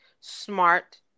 smart